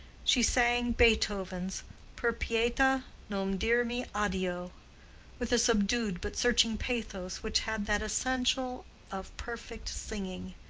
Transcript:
she sang beethoven's per pieta non dirmi addio with a subdued but searching pathos which had that essential of perfect singing,